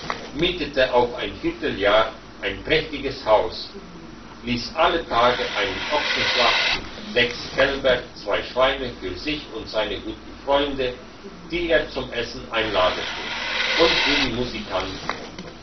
mietete auf ein vierteljahr ein prächtiges haus liess alle tage einen ochsen schlachten sechs kälber zwei schweine für sich und seine guten freunde die er zum essen einladete und für die musikanten